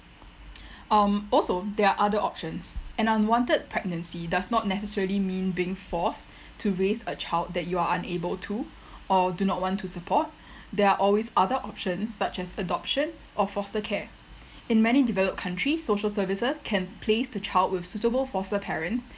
um also there are other options an unwanted pregnancy does not necessarily mean being forced to raise a child that you are unable to or do not want to support there are always other options such as adoption or foster care in many developed countries social services can place the child with suitable foster parents